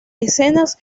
escenas